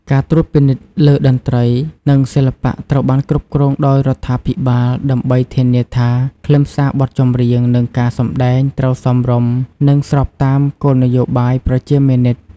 ការត្រួតពិនិត្យលើតន្ត្រី និងសិល្បៈ ត្រូវបានគ្រប់គ្រងដោយរដ្ឋាភិបាល ដើម្បីធានាថា ខ្លឹមសារបទចម្រៀង និងការសម្តែងត្រូវសមរម្យ និងស្របតាមគោលនយោបាយប្រជាមានិត។